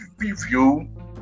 review